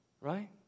right